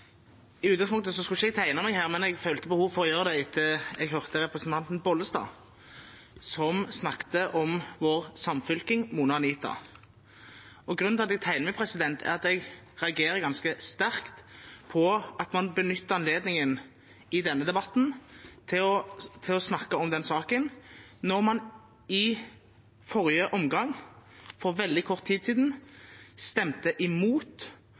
etter at jeg hørte representanten Bollestad, som snakket om vår samfylking Mona Anita. Grunnen til at jeg tegner meg, er at jeg reagerer ganske sterkt på at man benytter anledningen i denne debatten til å snakke om den saken når man i forrige omgang, for veldig kort tid siden, stemte imot